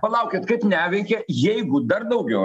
palaukit kaip neveikia jeigu dar daugiau